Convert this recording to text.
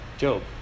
Job